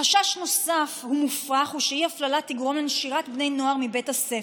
חשש נוסף ומופרך הוא שאי-הפללה תגרום לנשירת בני נוער מבית הספר.